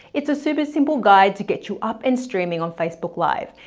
it's a super simple guide to get you up and streaming on facebook live,